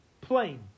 plain